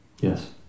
Yes